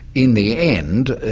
in the end,